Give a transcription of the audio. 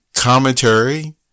commentary